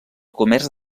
comerç